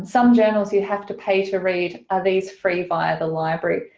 some journals you have to pay to read are these free via the library?